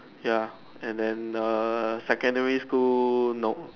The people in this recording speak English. ya and then err secondary school no